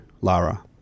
Lara